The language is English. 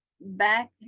back